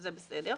שזה בסדר.